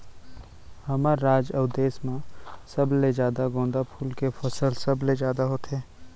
हमर राज अउ देस म सबले जादा गोंदा फूल के फसल सबले जादा होथे